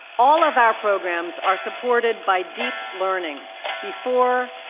all of our programs are supported by deep learning before,